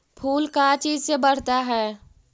फूल का चीज से बढ़ता है?